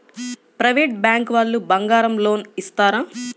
Private bank వాళ్ళు బంగారం loan ఇస్తారా?